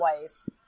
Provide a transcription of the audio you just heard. ways